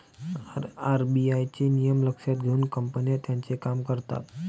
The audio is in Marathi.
आर.बी.आय चे नियम लक्षात घेऊन कंपन्या त्यांचे काम करतात